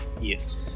Yes